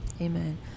amen